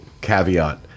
caveat